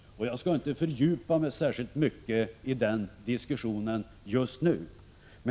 Jag skall inte fördjupa mig särskilt mycket i den diskussionen just nu.